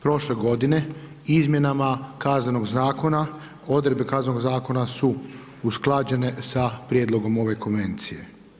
Prošle godine izmjenama Kaznenog zakona, odredbe Kaznenog zakona su usklađene sa prijedlogom ove konvencije.